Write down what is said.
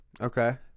okay